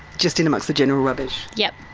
just in amongst the general rubbish. yep.